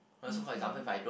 okay